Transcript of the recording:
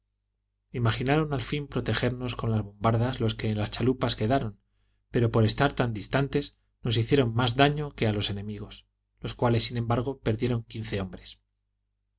al fin protegernos con las bombardas los que en las chalupas quedaron pero por estar tan distantes nos hicieron más daño que a los enemigos los cuales sin embargo perdieron quince hombres